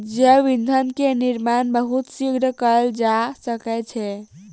जैव ईंधन के निर्माण बहुत शीघ्र कएल जा सकै छै